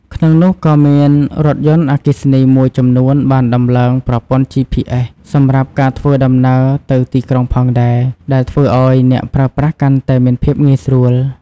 ក្នុងនោះក៏មានរថយន្តអគ្គីសនីមួយចំនួនបានតំឡើងប្រព័ន្ធ GPS សម្រាប់ការធ្វើដំណើរទៅទីក្រុងផងដែរ ដែលធ្វើឱ្យអ្នកប្រើប្រាស់កាន់តែមានភាពងាយស្រួល។